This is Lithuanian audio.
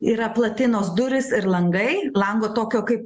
yra platinos durys ir langai lango tokio kaip